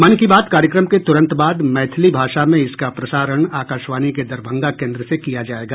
मन की बात कार्यक्रम के तूरंत बाद मैथिली भाषा में इसका प्रसारण आकाशवाणी के दरभंगा केन्द्र से किया जायेगा